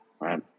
right